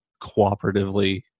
cooperatively